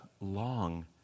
long